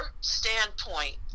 standpoint